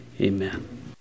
Amen